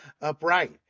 upright